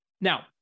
Now